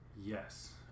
Yes